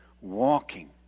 walking